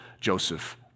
Joseph